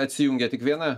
atsijungia tik viena